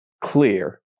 clear